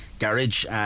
garage